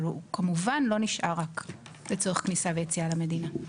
אבל כמובן הוא לא נשאר רק לצורך כניסה ויציאה למדינה.